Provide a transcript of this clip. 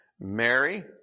Mary